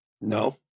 No